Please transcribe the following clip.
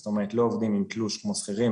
זאת אומרת לא עובדים עם תלוש כמו שכירים,